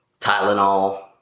Tylenol